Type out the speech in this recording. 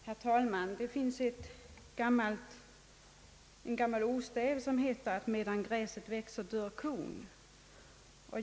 Herr talman! Det finns ett ordstäv som lyder: Medan gräset växer dör kon.